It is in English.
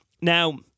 Now